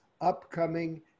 upcoming